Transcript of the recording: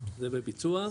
זה בביצוע,